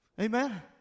Amen